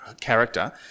character